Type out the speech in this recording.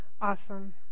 Awesome